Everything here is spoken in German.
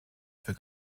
für